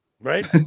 right